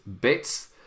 bits